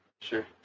Sure